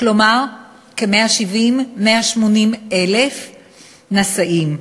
כלומר 170,000 180,000 נשאים.